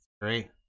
Great